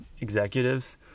executives